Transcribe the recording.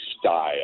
style